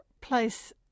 place